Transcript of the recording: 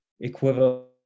equivalent